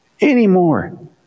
anymore